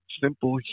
simple